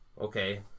Okay